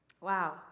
Wow